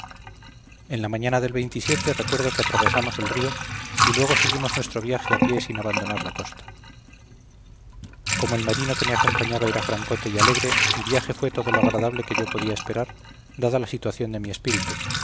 en la mañana del recuerdo que atravesamos el río y luego seguimos nuestro viaje a pie sin abandonar la costa como el marinero que me acompañaba era francote y alegre el viaje fue todo lo agradable que yo podía esperar dada la situación de mi espíritu